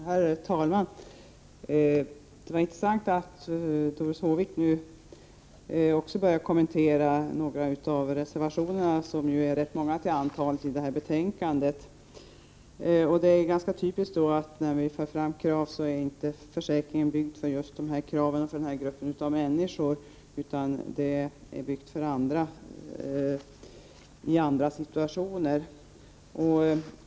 Herr talman! Det var intressant att Doris Håvik nu också kommenterade några av reservationerna till betänkandet; de är ju rätt många till antalet. Det är ganska typiskt att vi, när vi för fram krav, får höra att försäkringen inte är uppbyggd för just den typen av krav och för just den gruppen av människor. Den är uppbyggd för andra människor, i andra situationer.